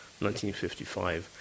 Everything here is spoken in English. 1955